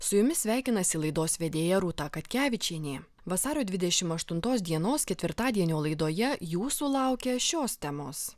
su jumis sveikinasi laidos vedėja rūta katkevičienė vasario dvidešim aštuntos dienos ketvirtadienio laidoje jūsų laukia šios temos